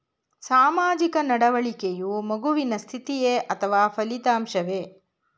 ಸಾಮಾಜಿಕ ನಡವಳಿಕೆಯು ಮಗುವಿನ ಸ್ಥಿತಿಯೇ ಅಥವಾ ಫಲಿತಾಂಶವೇ?